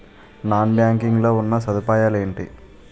Non banking లో ఉన్నా సదుపాయాలు ఎంటి?